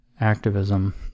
activism